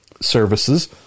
services